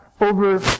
over